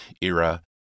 era